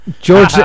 George